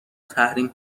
تحریم